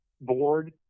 board